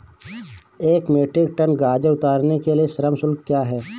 एक metric ton गाजर उतारने के लिए श्रम शुल्क क्या है?